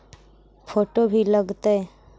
Photo भी लग तै?